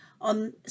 on